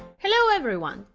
hello everyone!